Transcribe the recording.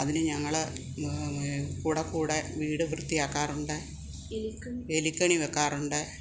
അതിന് ഞങ്ങൾ കൂടെ കൂടെ വീട് വൃത്തിയാക്കാറുണ്ട് എലിക്കെണി വെക്കാറുണ്ട്